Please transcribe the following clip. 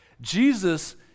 Jesus